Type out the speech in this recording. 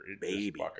Baby